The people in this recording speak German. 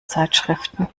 zeitschriften